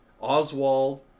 Oswald